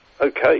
okay